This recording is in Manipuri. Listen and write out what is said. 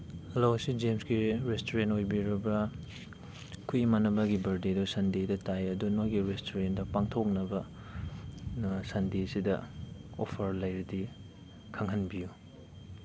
ꯍꯜꯂꯣ ꯁꯤ ꯖꯦꯝꯁꯀꯤ ꯔꯦꯁꯇꯨꯔꯦꯟ ꯑꯣꯏꯕꯤꯔꯕ ꯑꯩꯈꯣꯏ ꯏꯃꯥꯟꯅꯕꯒꯤ ꯕꯥꯔꯗꯦꯗꯣ ꯁꯟꯗꯦꯗ ꯇꯥꯏ ꯑꯗꯣ ꯅꯣꯏꯒꯤ ꯔꯦꯁꯇꯨꯔꯦꯟꯗ ꯄꯥꯡꯊꯣꯛꯅꯕ ꯁꯟꯗꯦꯁꯤꯗ ꯑꯣꯐꯔ ꯂꯩꯔꯗꯤ ꯈꯪꯍꯟꯕꯤꯌꯨ